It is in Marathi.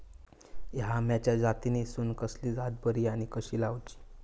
हया आम्याच्या जातीनिसून कसली जात बरी आनी कशी लाऊची?